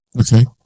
Okay